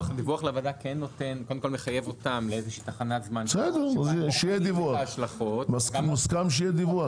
דיווח לוועדה מחייב אותם -- מוסכם שיהיה דיווח.